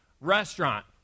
restaurant